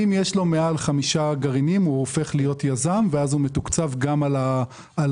אם יש לו מעל חמישה גרעינים הוא הופך להיות יזם ומתוקצב גם על הניהול.